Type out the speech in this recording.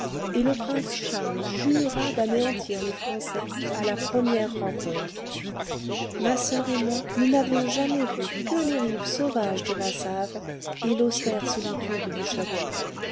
et le prince charles jura d'anéantir les français à la première rencontre ma soeur et moi nous n'avions jamais vu que les rives sauvages de la save et l'austère solitude du château